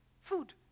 Food